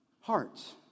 Hearts